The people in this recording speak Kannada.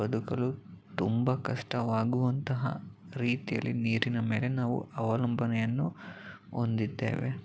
ಬದುಕಲು ತುಂಬ ಕಷ್ಟವಾಗುವಂತಹ ರೀತಿಯಲ್ಲಿ ನೀರಿನ ಮೇಲೆ ನಾವು ಅವಲಂಬನೆಯನ್ನು ಹೊಂದಿದ್ದೇವೆ